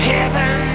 Heaven